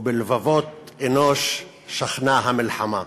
ובלבבות אנוש שכנה המלחמה.